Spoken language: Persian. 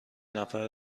نفر